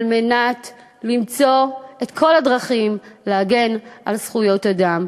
על מנת למצוא את כל הדרכים להגן על זכויות אדם.